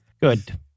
Good